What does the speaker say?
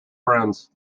friends